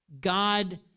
god